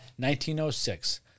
1906